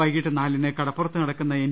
വൈകിട്ട് നാലിന് കടപ്പുറത്ത് നടക്കുന്ന എൻ